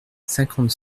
cinquante